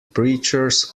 preachers